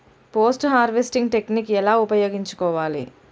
Post harvesting technique ఎలా ఉపయోగించుకోవాలి?